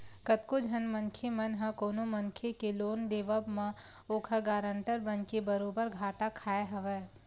कतको झन मनखे मन ह कोनो मनखे के लोन लेवब म ओखर गारंटर बनके बरोबर घाटा खाय हवय